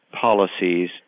policies